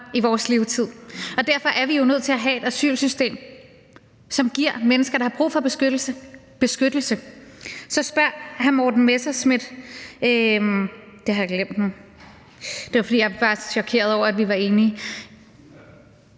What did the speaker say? i vores levetid, og derfor er vi jo nødt til at have et asylsystem, som giver mennesker, der har brug for beskyttelse, beskyttelse. Så spørger hr. Morten Messerschmidt, om ... Det har jeg glemt nu, fordi jeg var så chokeret over, at vi var enige